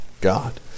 god